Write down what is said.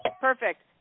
perfect